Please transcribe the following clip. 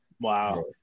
wow